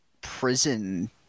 prison